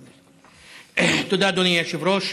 תודה, אדוני היושב-ראש.